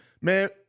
Man